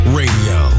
radio